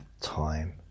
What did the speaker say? time